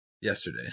yesterday